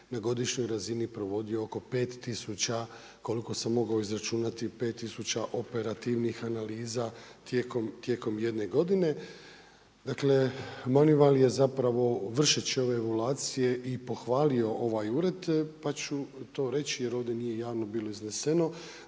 na godišnji razini provodio oko 5000 koliko sam mogao izračunati, 5000 operativnih analiza tijekom 1 godine. Dakle, Manival je zapravo vršeći ove evaluacije i pohvalio ovaj ured, pa ću to reći, jer ovdje nije javno bilo izneseno,